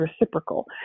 reciprocal